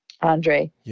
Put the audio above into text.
Andre